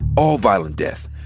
all violent death,